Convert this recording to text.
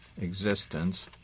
existence